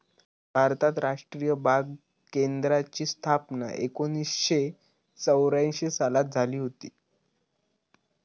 भारतात राष्ट्रीय बाग केंद्राची स्थापना एकोणीसशे चौऱ्यांशी सालात झाली हुती